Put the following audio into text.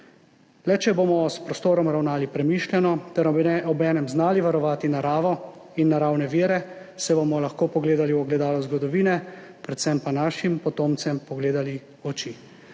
Le če bomo s prostorom ravnali premišljeno ter obenem znali varovati naravo in naravne vire, se bomo lahko pogledali v ogledalo zgodovine, predvsem pa našim potomcem pogledali v oči.